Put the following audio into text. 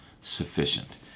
sufficient